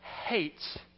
hates